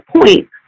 point